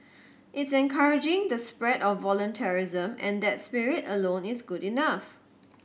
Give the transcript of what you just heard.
it's encouraging the spread of voluntarism and that spirit alone is good enough